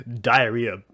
diarrhea